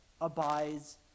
abides